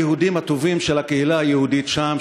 היהודים הטובים של הקהילה היהודית שם,